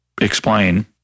explain